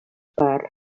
parts